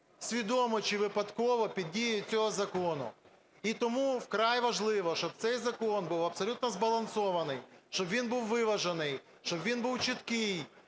свідомо, чи випадково під дію цього закону. І тому вкрай важливо, щоб цей закон був абсолютно збалансований, щоб він був виважений, щоб він був чіткий,